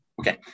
Okay